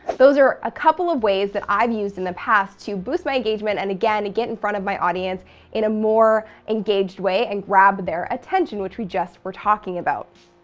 those are a couple of ways that i've used in the past to boost my engagement and again get in front of my audience in a more engaged way and grab their attention, which we just were talking about.